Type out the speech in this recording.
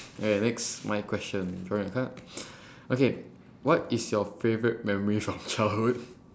oh ya next my question drawing a card okay what is your favourite memory from childhood